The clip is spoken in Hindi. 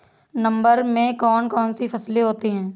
नवंबर में कौन कौन सी फसलें होती हैं?